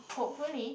hopefully